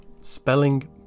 spelling